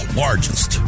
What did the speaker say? largest